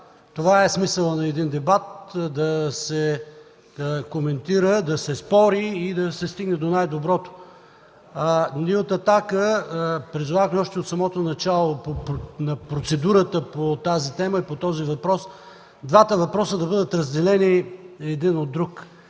Това е смисълът на един дебат – да се коментира, да се спори и да се стигне до най-доброто. Ние от „Атака” призовахме още от самото начало на процедурата по тази тема и по този въпрос двата въпроса да бъдат разделени един от друг.